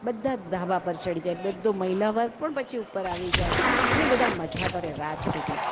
બધા ધાબા પર ચડી જાય બધો મહિલા વર્ગ પણ પછી ઉપર આવી જાય અને બધા મજા કરે રાત સુધી